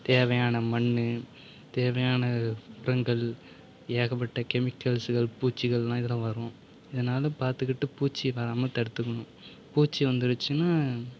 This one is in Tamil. தேவையான மண் தேவையான உரங்கள் ஏகப்பட்ட கெமிக்கல்கள் பூச்சிகள்னா இதெல்லாம் வரும் இதனால் பார்த்துக்கிட்டு பூச்சி வராமல் தடுத்துக்கணும் பூச்சி வந்துடுச்சுனா